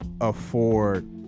afford